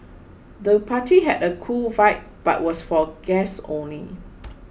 the party had a cool vibe but was for guests only